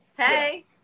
hey